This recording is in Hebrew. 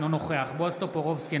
אינו נוכח בועז טופורובסקי,